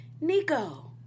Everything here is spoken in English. Nico